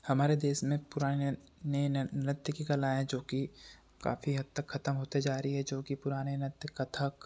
हमारे देश में पुराने नये नृत्य की कलाएँ जो कि काफ़ी हद तक ख़त्म होते जा रही हैं जो कि पुराने नृत्य कथक